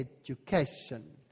education